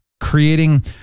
creating